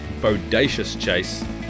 bodaciouschase